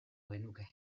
genuke